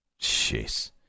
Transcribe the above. Jeez